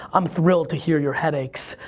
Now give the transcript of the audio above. i'm thrilled to hear your headaches,